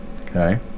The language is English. Okay